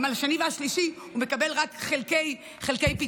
גם על השני והשלישי הוא מקבל רק חלקי פיצוי,